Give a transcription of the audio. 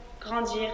grandir